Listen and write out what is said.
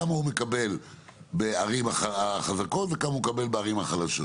כמה הוא מקבל בערים החזקות וכמה בערים החלשות?